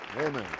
Amen